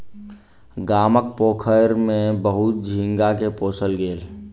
गामक पोखैर में बहुत झींगा के पोसल गेल